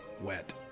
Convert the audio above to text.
wet